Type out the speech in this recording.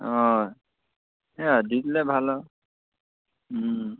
অঁ সেইয়াই আৰু দি দিলে ভাল আৰু